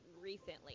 recently